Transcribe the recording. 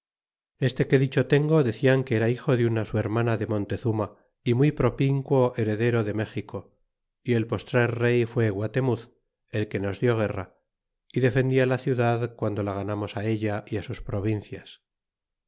este que dicho tengo decían que era hijo de una su hermana de montezuma y muy propinquo heredero de méxico y el postrer rey fué guatemuz el que nos die guerra defendía la ciudad guando la ganamos ella y sus provincias